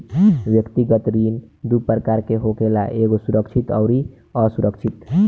व्यक्तिगत ऋण दू प्रकार के होखेला एगो सुरक्षित अउरी असुरक्षित